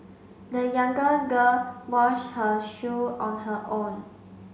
the younger girl washed her shoe on her own